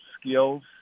skills